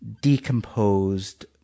decomposed